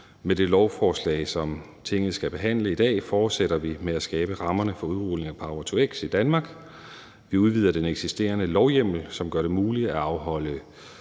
Med det lovforslag, som Tinget skal behandle i dag, fortsætter vi med at skabe rammerne for udrulningen af power-to-x i Danmark. Vi udvider den eksisterende lovhjemmel, som gør det muligt at afholde